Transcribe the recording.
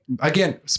again